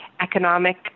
economic